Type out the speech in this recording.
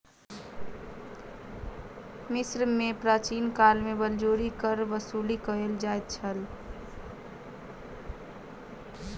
मिस्र में प्राचीन काल में बलजोरी कर वसूली कयल जाइत छल